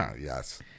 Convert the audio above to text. yes